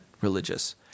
religious